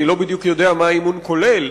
אני לא בדיוק יודע מה האימון כולל,